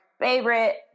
favorite